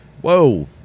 Whoa